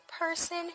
person